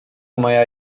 moja